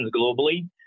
globally